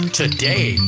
today